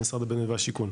במשרד הבינוי והשיכון.